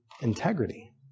integrity